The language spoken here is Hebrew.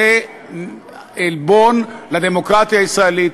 היא עלבון לדמוקרטיה הישראלית.